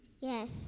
Yes